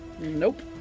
Nope